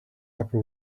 upper